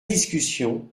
discussion